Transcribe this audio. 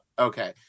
Okay